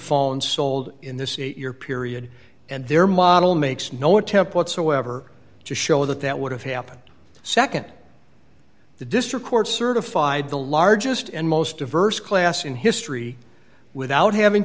phone sold in this eight year period and their model makes no attempt whatsoever to show that that would have happened nd the district court certified the largest and most diverse class in history without having